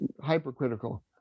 hypercritical